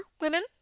women